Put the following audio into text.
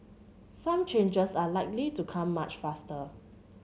some changes are likely to come much faster